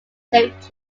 safe